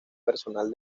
personal